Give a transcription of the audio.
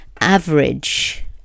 average